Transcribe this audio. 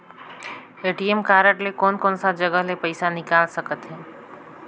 ATM card ले कोन कोन सा जगह ले पइसा निकाल सकथे?